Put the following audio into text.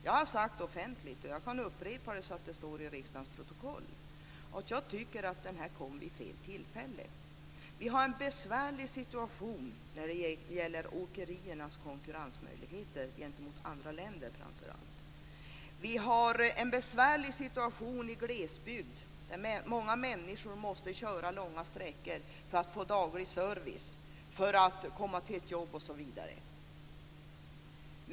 Jag har sagt offentligt, och jag kan upprepa det så att det står i riksdagens protokoll, att jag tycker att detta kom vid fel tillfälle. Vi har en besvärlig situation när det gäller åkeriernas konkurrensmöjligheter gentemot framför allt andra länder. Vi har en besvärlig situation i glesbygden, där många människor måste köra långa sträckor för att få daglig service, för att komma till ett jobb osv.